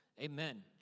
amen